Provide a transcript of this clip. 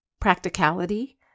practicality